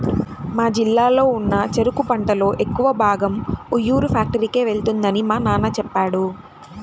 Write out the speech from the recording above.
మా జిల్లాలో ఉన్న చెరుకు పంటలో ఎక్కువ భాగం ఉయ్యూరు ఫ్యాక్టరీకే వెళ్తుందని మా నాన్న చెప్పాడు